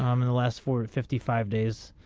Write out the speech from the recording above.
um and the last four fifty five days.